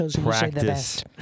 practice